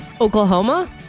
Oklahoma